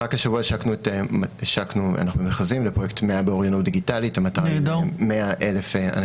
רק השבוע השקנו ואנחנו נכנסים לפרויקט 100 באוריינות דיגיטלית.